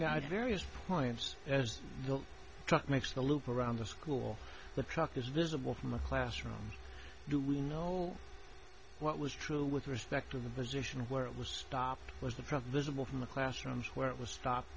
god various points as the truck makes the loop around the school the truck is visible from a classroom do we know what was true with respect to the position where it was stopped was the provisional from the classrooms where it was stopped